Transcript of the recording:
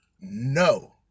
No